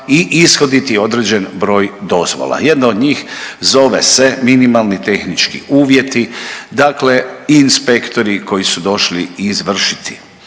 i ishoditi određen broj dozvola. Jedna od njih zove se minimalni tehnički uvjeti. Dakle, inspektori koji su došli izvršiti